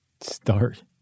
Start